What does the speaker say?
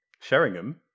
Sheringham